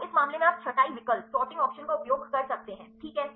तो इस मामले में आप छँटाई विकल्प का उपयोग कर सकते हैं ठीक है